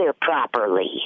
properly